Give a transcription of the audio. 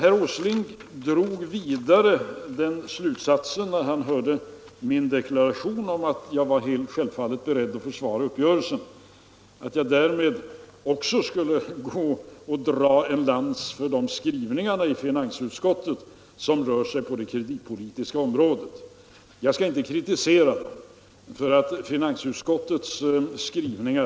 Herr Åsling drog sedan den slutsatsen, när han hörde min deklaration att jag självfallet var beredd att försvara uppgörelsen, att jag därmed också ville bryta en lans för den skrivning i finansutskottet som rör sig på det kreditpolitiska området. Jag skall inte kritisera finansutskottets skrivning.